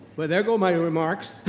but there go my remarks.